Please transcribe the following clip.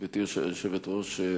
גברתי היושבת-ראש,